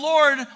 Lord